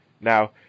now